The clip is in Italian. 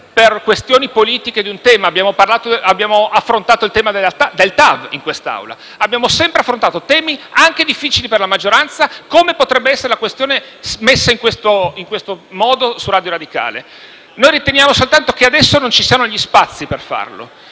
per questioni politiche, un tema. Abbiamo affrontato il tema del TAV in quest'Assemblea; abbiamo sempre affrontato temi anche difficili per la maggioranza, come potrebbe essere la questione messa in questo modo di Radio Radicale. Noi riteniamo semplicemente che adesso non ci siano gli spazi per farlo.